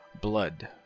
blood